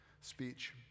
Speech